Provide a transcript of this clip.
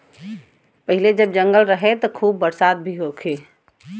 पहिले जब जंगल रहे त बरसात भी खूब होखे